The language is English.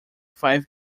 five